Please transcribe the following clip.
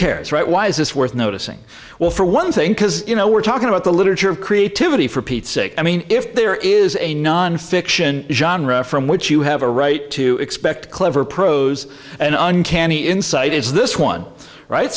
cares right why is this worth noticing well for one thing because you know we're talking about the literature of creativity for pete's sake i mean if there is a non fiction genre from which you have a right to expect clever prose and uncanny insight is this one right